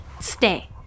stay